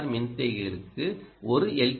R மின்தேக்கிகளுக்கு ஒரு L